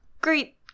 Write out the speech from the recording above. Great